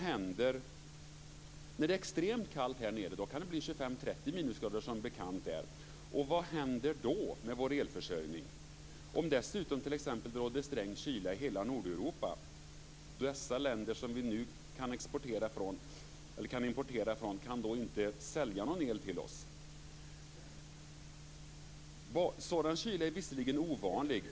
När det är extremt kallt här nere kan det bli 25-30 minusgrader som bekant. Vad händer då med vår elförsörjning? Om det dessutom råder sträng kyla i hela Nordeuropa kan de länder som vi nu kan importera el ifrån inte sälja någon el till oss. Sådan kyla är visserligen ovanlig.